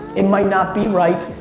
it might not be right.